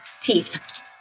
teeth